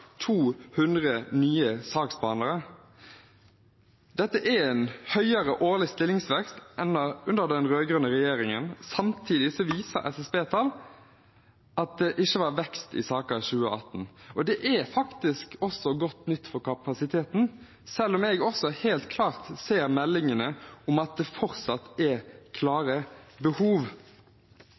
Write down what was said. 200 nye saksbehandlere. Dette er en høyere årlig stillingsvekst enn under den rød-grønne regjeringen. Samtidig viser SSB-tall at det ikke var vekst i saker i 2018, og det er også godt nytt for kapasiteten, selv om jeg også helt klart ser meldingene om at det fortsatt er klare behov.